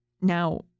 Now